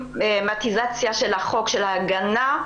האוטומטיזציה של החוק, של ההגנה,